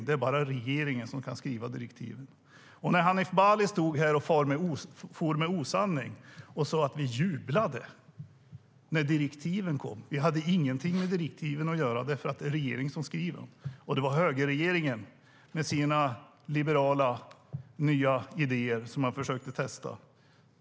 Det är bara regeringen som kan skriva direktiv. Hanif Bali for med osanning och sa att vi jublade när direktiven kom. Vi hade inget med direktiven att göra, för det är regeringen som skriver dem. Det var högerregeringen med sina liberala, nya idéer som man försökte testa.